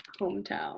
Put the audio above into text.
Hometown